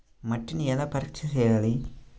మట్టిని ఎలా పరీక్ష చేయాలి?